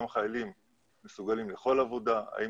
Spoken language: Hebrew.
אז אני